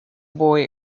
boy